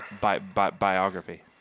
biography